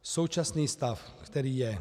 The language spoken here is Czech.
Současný stav, který je.